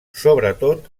sobretot